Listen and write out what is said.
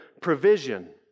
provision